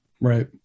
Right